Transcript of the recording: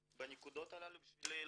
בנקודות הללו כדי לחסוך.